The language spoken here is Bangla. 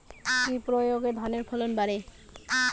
কি প্রয়গে ধানের ফলন বাড়বে?